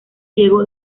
ciego